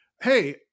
hey